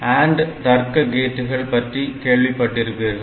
AND தர்க்க கேட்டுகள் பற்றி கேள்விப்பட்டிருப்பீர்கள்